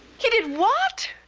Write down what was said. you did what?